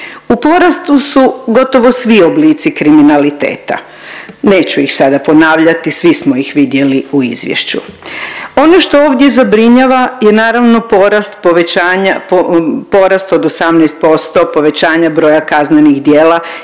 u porastu su gotovo svi oblici kriminaliteta. Neću ih sada ponavljati svi smo ih vidjeli u izvješću. Ono što ovdje zabrinjava je naravno porast povećanja porast od 18% povećanja broja kaznenih djela